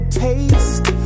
taste